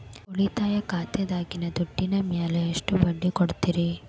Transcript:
ಉಳಿತಾಯ ಖಾತೆದಾಗಿನ ದುಡ್ಡಿನ ಮ್ಯಾಲೆ ಎಷ್ಟ ಬಡ್ಡಿ ಕೊಡ್ತಿರಿ?